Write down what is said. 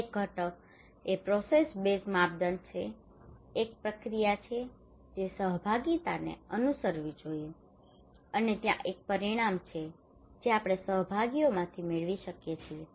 એક ઘટક એ પ્રોસેસ્ડ બેઝ માપદંડ છે કે એક પ્રક્રિયા છે જે સહભાગિતાએ અનુસરવી જોઈએ અને ત્યાં એક પરિણામ છે જે આપણે સહભાગીઓમાંથી મેળવી શકીએ છીએ